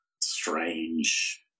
strange